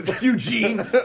Eugene